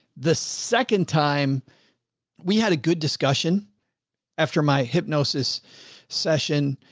the second time we had a good discussion after my hypnosis session.